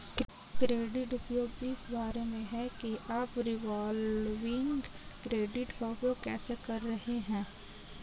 credit उपयोग इस बारे में है कि आप रिवॉल्विंग क्रेडिट का उपयोग कैसे कर रहे हैं